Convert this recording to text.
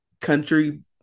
country